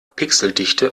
pixeldichte